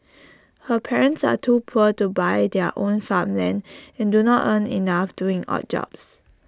her parents are too poor to buy their own farmland and do not earn enough doing odd jobs